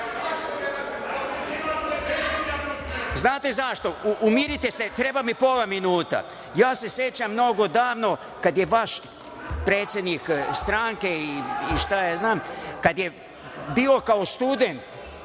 zašto? Umirite se, treba mi pola minuta. Ja se sećam mnogo davno kad je vaš predsednik stranke i šta ja znam, kad je bio kao student,